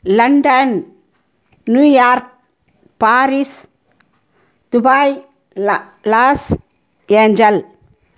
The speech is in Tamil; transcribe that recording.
லண்டன் நியூயார்க் பாரிஸ் துபாய் லா லாஸ் ஏஞ்சல்